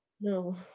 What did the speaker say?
No